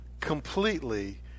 completely